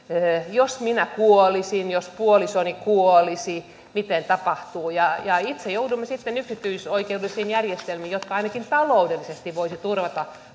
jos minä kuolisin jos puolisoni kuolisi mitä tapahtuu itse joudumme sitten yksityisoikeudellisiin järjestelmiin jotka ainakin taloudellisesti voisivat turvata